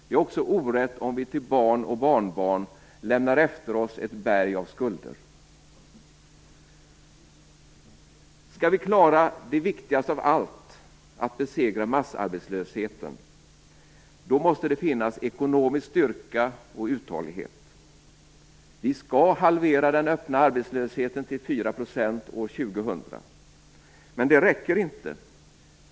Det är också orätt om vi till barn och barnbarn lämnar efter oss ett berg av skulder. Skall vi klara det viktigaste av allt, att besegra massarbetslösheten, måste det finnas ekonomisk styrka och uthållighet. Vi skall halvera den öppna arbetslösheten till 4 % år 2000. Men det räcker inte!